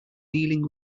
dealing